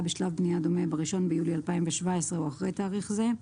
בשלב בנייה דומה ב-1 ביולי 2017 או אחרי תאריך זה.